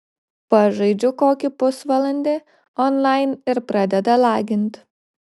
pažaidžiu kokį pusvalandi onlain ir pradeda lagint